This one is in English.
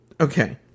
okay